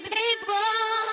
people